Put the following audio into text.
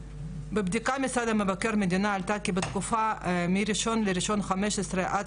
בבדיקה של משרד מבקר המדינה עלתה שבתקופה מ-1.1.15 עד